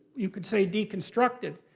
you could say, deconstructed.